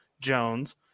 Jones